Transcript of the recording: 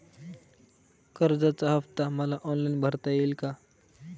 कर्जाचा हफ्ता मला ऑनलाईन भरता येईल का?